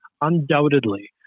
undoubtedly